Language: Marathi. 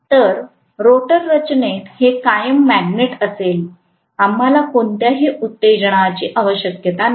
तर रोटर रचनेत हे कायम मॅग्नेट असेल आम्हाला कोणत्याही उत्तेजनाची आवश्यकता नाही